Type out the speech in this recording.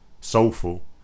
soulful